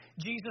Jesus